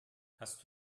hast